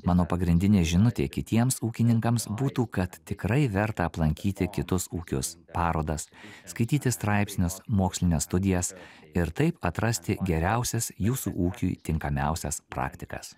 mano pagrindinė žinutė kitiems ūkininkams būtų kad tikrai verta aplankyti kitus ūkius parodas skaityti straipsnius mokslines studijas ir taip atrasti geriausias jūsų ūkiui tinkamiausias praktikas